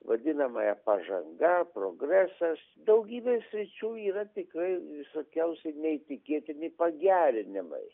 vadinamąja pažanga progresas daugybėje sričių yra tikrai visokiausi neįtikėtini pagerinimai